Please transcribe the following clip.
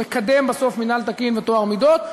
שמקדם בסוף מינהל תקין וטוהר מידות,